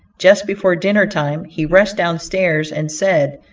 just before dinner-time, he rushed down stairs and said,